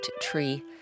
Tree